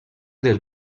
del